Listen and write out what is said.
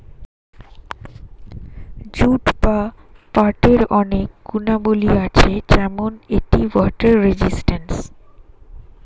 jute বা পাটের অনেক গুণাবলী আছে যেমন এটি ওয়াটার রেজিস্ট্যান্স